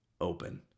open